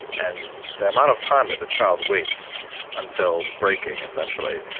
and the amount of time that the child waits until breaking, essentially,